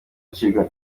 acibwa